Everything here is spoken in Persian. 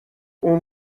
اون